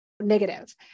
negative